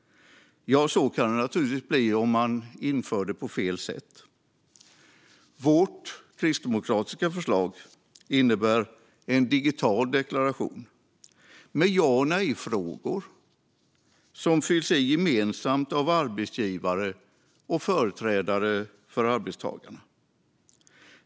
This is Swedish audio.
Ja, så kan det naturligtvis bli om man inför det på fel sätt. Vårt kristdemokratiska förslag innebär en digital deklaration med ja-eller-nej-frågor som fylls i gemensamt av arbetsgivare och företrädare för arbetstagarna.